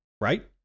right